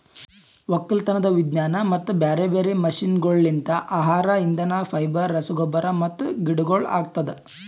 ಒಕ್ಕಲತನದ್ ವಿಜ್ಞಾನ ಮತ್ತ ಬ್ಯಾರೆ ಬ್ಯಾರೆ ಮಷೀನಗೊಳ್ಲಿಂತ್ ಆಹಾರ, ಇಂಧನ, ಫೈಬರ್, ರಸಗೊಬ್ಬರ ಮತ್ತ ಗಿಡಗೊಳ್ ಆಗ್ತದ